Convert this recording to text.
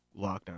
lockdown